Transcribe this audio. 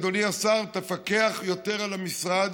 אדוני השר, תפקח יותר על המשרד